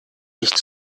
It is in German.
nicht